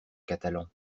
catalan